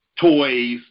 toys